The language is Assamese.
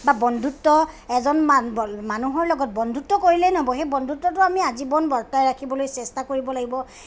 বন্ধুত্ব এজন মানুহৰ লগত বন্ধুত্ব কৰিলেই নহব সেই বন্ধুত্বটো আমি আজীৱন বৰ্তাই ৰাখিবলৈ চেষ্টা কৰিব লাগিব